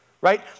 right